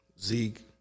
Zeke